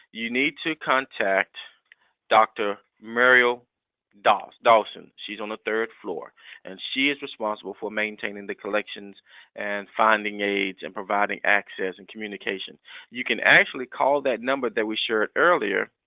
you need to contact dr. muriel dawson. she's on the third floor and she is responsible for maintaining the collections and finding aids and providing access and communication. you can actually call that number that we shared earlier.